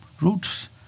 roots